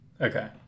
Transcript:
Okay